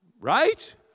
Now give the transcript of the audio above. Right